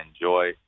enjoy